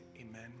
Amen